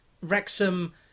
Wrexham